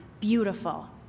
beautiful